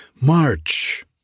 March